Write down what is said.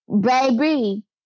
Baby